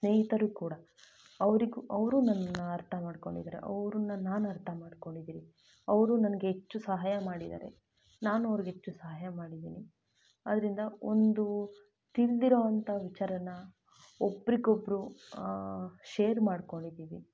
ಸ್ನೇಹಿತರು ಕೂಡ ಅವ್ರಿಗೂ ಅವರೂ ನನ್ನನ್ನು ಅರ್ಥ ಮಾಡ್ಕೊಂಡಿದ್ದಾರೆ ಅವ್ರನ್ನ ನಾನು ಅರ್ಥ ಮಾಡ್ಕೊಂಡಿದ್ದೀವಿ ಅವರೂ ನನ್ಗೆ ಹೆಚ್ಚು ಸಹಾಯ ಮಾಡಿದ್ದಾರೆ ನಾನೂ ಅವ್ರಿಗೆ ಹೆಚ್ಚು ಸಹಾಯ ಮಾಡಿದ್ದೀನಿ ಆದ್ದರಿಂದ ಒಂದು ತಿಳಿದಿರೋಂಥ ವಿಚಾರಾನ ಒಬ್ಬರಿಗೊಬ್ರು ಶೇರ್ ಮಾಡ್ಕೊಂಡಿದ್ದೀವಿ